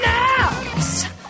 now